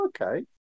okay